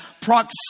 proximity